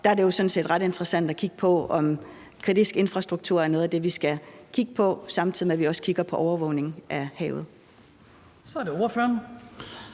Der er det jo sådan set ret interessant at kigge på, om kritisk infrastruktur er noget af det, vi skal kigge på, samtidig med at vi også kigger på overvågning af havet. Kl. 14:52 Den